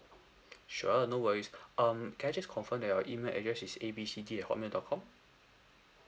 sure no worries um can I just confirm that your email address is A B C D at hotmail dot com